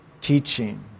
teaching